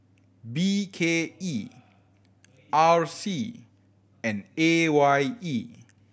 B K E R C and A Y E